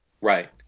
Right